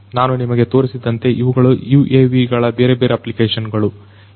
ನಾನು ನಿಮಗೆ ತೋರಿಸಿದಂತೆ ಇವುಗಳು UAVಗಳ ಬೇರೆಬೇರೆ ಅಪ್ಲಿಕೇಶನ್ಗಳು